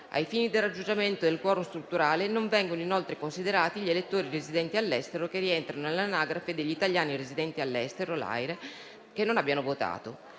Ai fini del raggiungimento del *quorum* strutturale, non vengono inoltre considerati gli elettori residenti all'estero che rientrano nell'Anagrafe degli italiani residenti all'estero (AIRE) che non abbiano votato.